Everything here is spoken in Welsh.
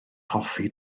hoffi